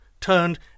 turned